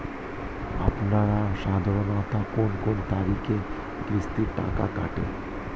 আপনারা সাধারণত কোন কোন তারিখে কিস্তির টাকা কাটে?